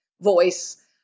voice